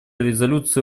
резолюции